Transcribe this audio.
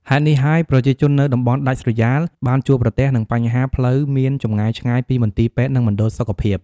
ហេតុនេះហើយ ប្រជាជននៅតំបន់ដាច់ស្រយាលបានជួបប្រទះនឹង បញ្ហាផ្លូវមានចម្ងាយឆ្ងាយពីមន្ទីរពេទ្យ និងមណ្ឌលសុខភាព។